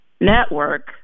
network